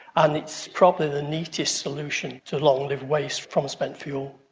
and it's probably the neatest solution to long-lived waste from spent fuel.